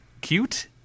cute